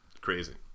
crazy